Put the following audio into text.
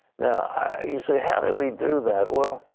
yeah you say how do we do that, well,